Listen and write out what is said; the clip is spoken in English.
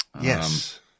Yes